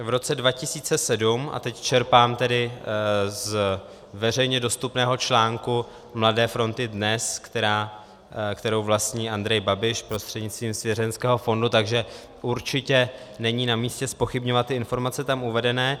V roce 2007 a teď čerpám z veřejně dostupného článku Mladé fronty Dnes, kterou vlastní Andrej Babiš prostřednictvím svěřeneckého fondu, takže určitě není namístě zpochybňovat ty informace tam uvedené.